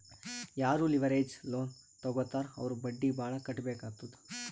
ಯಾರೂ leverage loan ತಗೋತ್ತಾರ್ ಅವ್ರು ಬಡ್ಡಿ ಭಾಳ್ ಕಟ್ಟಬೇಕ್ ಆತ್ತುದ್